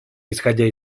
исходя